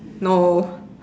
no